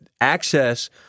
access